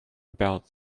about